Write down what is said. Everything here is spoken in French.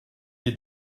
est